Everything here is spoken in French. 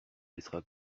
laissera